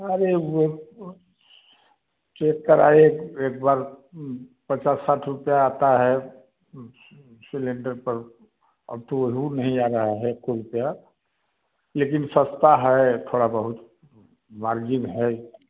अरे वो तो चेक कराये एक बार पचास साठ रुपये आता है सिलेंडर पर अब तो वो रूल नहीं आ रहा है एक भी रुपये लेकिन सस्ता है थोड़ा बहुत मार्जिन है